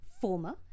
former